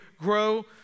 grow